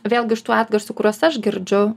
vėlgi iš tų atgarsių kuriuos aš girdžiu